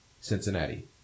Cincinnati